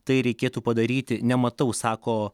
tai reikėtų padaryti nematau sako